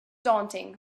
daunting